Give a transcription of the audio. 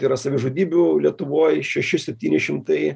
yra savižudybių lietuvoj šeši septyni šimtai